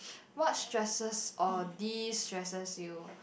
what stresses or destresses you